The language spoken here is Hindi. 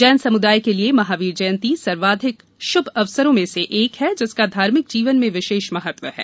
जैन समुदाय के लिए महावीर जयंती सर्वाधिक शुभ अवसरों में से एक है जिसका धार्मिक जीवन में विशेष महत्व है